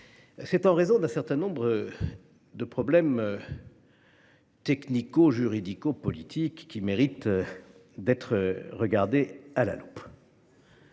c’est en raison d’un certain nombre de problèmes technico juridico politiques qui méritent d’être regardés à la loupe.